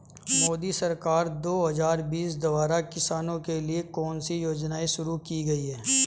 मोदी सरकार दो हज़ार बीस द्वारा किसानों के लिए कौन सी योजनाएं शुरू की गई हैं?